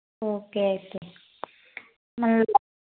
okay అయితే మళ్ళీ